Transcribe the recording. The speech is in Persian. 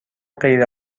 غیر